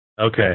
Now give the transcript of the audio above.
okay